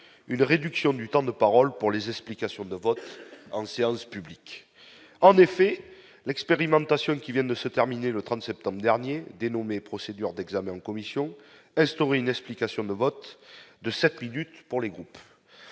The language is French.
une réduction du temps de parole pour les explications de vote en séance publique, en effet, l'expérimentation qui viennent de se terminer, le train de septembre dernier, dénommé procédure d'examen en commission Estoril, explications de vote de 7 minutes pour les groupes,